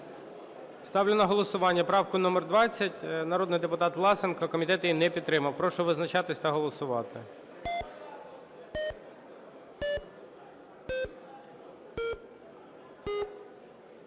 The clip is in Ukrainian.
Ставлю на голосування правку номер 20, народний депутат Власенко. Комітет її не підтримав. Прошу визначатись та голосувати.